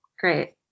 Great